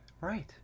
right